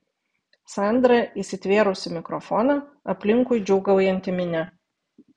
sandra įsitvėrusi mikrofoną aplinkui džiūgaujanti minia